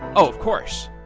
of course.